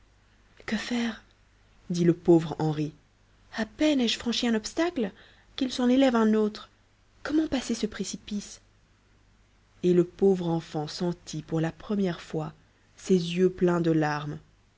que faire dit le pauvre henri à peine ai-je franchi un obstacle qu'il s'en élève un autre comment passer ce précipice et le pauvre enfant sentit pour la première fois ses yeux pleins de larmes